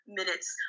minutes